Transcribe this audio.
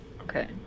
Okay